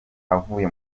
avuye